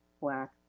black